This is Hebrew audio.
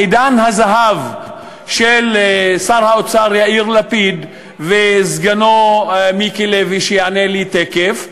בעידן הזהב של שר האוצר יאיר לפיד וסגנו מיקי לוי שיענה לי תכף,